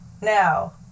now